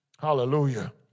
Hallelujah